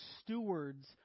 stewards